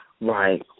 Right